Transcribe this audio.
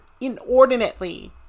inordinately